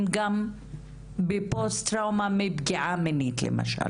הם גם בפוסט טראומה מפגיעה מינית למשל